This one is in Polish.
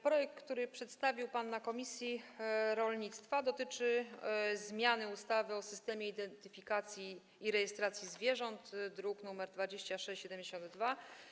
Projekt, który przedstawił pan na posiedzeniu komisji rolnictwa, dotyczy zmiany ustawy o systemie identyfikacji i rejestracji zwierząt, druk nr 2672.